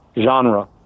genre